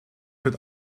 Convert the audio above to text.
wird